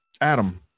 adam